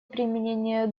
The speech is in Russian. применения